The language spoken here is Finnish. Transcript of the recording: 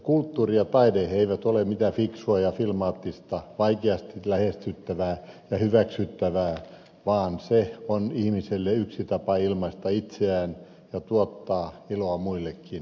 kulttuuri ja taide ei ole mitään fiksua ja filmaattista vaikeasti lähestyttävää ja hyväksyttävää vaan se on ihmiselle yksi tapa ilmaista itseään ja tuottaa iloa muillekin